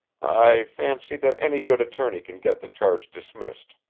i fancy that any good attorney can get the charge dismissed,